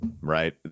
right